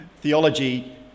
Theology